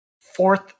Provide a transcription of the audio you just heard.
fourth